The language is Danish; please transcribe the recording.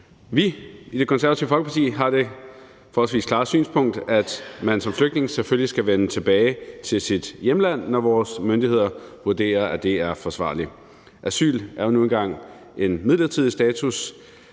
Vi i Det Konservative Folkeparti har det forholdsvis klare synspunkt, at man som flygtning selvfølgelig skal vende tilbage til sit hjemland, når vores myndigheder vurderer, at det er forsvarligt. Asyl er jo nu engang en midlertidig status.